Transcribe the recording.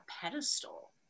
pedestal